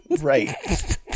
Right